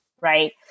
Right